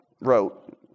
wrote